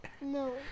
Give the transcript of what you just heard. No